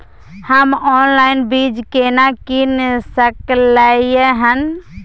हम ऑनलाइन बीज केना कीन सकलियै हन?